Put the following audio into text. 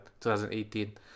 2018